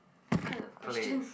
what kind of questions